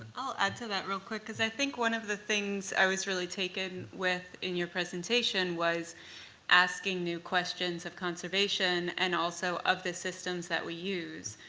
i'll add to that real quick, because i think one of the things i was really taken with in your presentation was asking new questions of conservation, and also of the systems that we use,